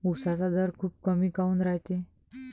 उसाचा दर खूप कमी काऊन रायते?